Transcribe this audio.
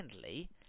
secondly